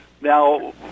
Now